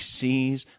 sees